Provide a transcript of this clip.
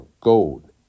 gold